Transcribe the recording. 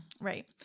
Right